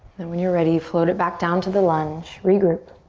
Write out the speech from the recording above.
then when you're ready, float it back down to the lunge, regroup.